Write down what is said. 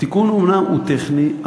התיקון אומנם טכני,